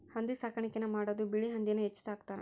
ಹಂದಿ ಸಾಕಾಣಿಕೆನ ಮಾಡುದು ಬಿಳಿ ಹಂದಿನ ಹೆಚ್ಚ ಸಾಕತಾರ